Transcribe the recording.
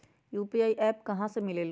UPI app कहा से मिलेलु?